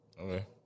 Okay